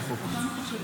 כדוברת.